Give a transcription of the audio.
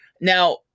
Now